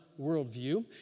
worldview